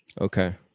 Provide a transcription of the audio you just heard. Okay